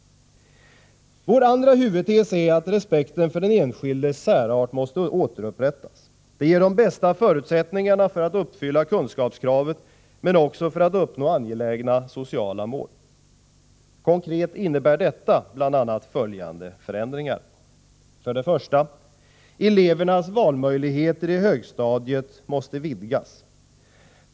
Vår andra huvudtes är att respekten för den enskildes särart måste återupprättas. Det ger de bästa förutsättningarna för att uppfylla kunskapskravet men också för att uppnå angelägna sociala mål. Konkret innebär detta bl.a. följande förändringar: 1. Elevernas valmöjligheter i högstadiet måste vidgas.